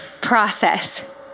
process